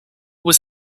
was